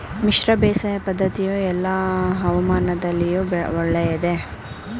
ಮಿಶ್ರ ಬೇಸಾಯ ಪದ್ದತಿಯು ಎಲ್ಲಾ ಹವಾಮಾನದಲ್ಲಿಯೂ ಒಳ್ಳೆಯದೇ?